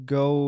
go